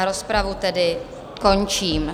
Rozpravu tedy končím.